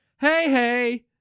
hey-hey